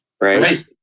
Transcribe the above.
right